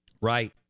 Right